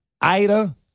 Ida